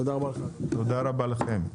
תודה רבה לכם,